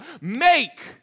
make